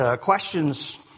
questions